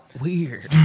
Weird